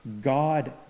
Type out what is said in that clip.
God